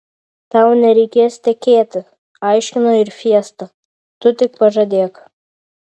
tau nereikės tekėti aiškino ir fiesta tu tik pažadėk